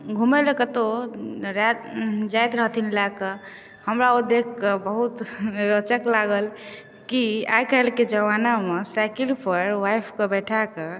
घुमै लए कतहुँ जाइत रहथिन लए कऽ हमरा ओ देख कऽ बहुत रोचक लागल कि आइ काल्हिके जमानामे साइकिल पर वाइफके बैठा कऽ